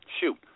shoot